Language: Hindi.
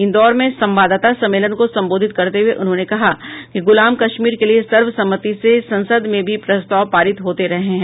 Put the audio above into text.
इंदौर में संवाददाता सम्मेलन को संबोधित करते उन्होंने कहा कि गुलाम कश्मीर के लिए सर्वसम्मति से संसद में भी प्रस्ताव पारित होते रहे हैं